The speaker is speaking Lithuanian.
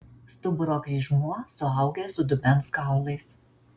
stuburo kryžmuo suaugęs su dubens kaulais